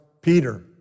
Peter